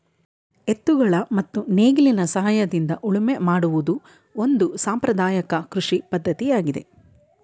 ಎತ್ತುಗಳ ಮತ್ತು ನೇಗಿಲಿನ ಸಹಾಯದಿಂದ ಉಳುಮೆ ಮಾಡುವುದು ಒಂದು ಸಾಂಪ್ರದಾಯಕ ಕೃಷಿ ಪದ್ಧತಿಯಾಗಿದೆ